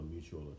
mutual